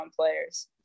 players